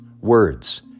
words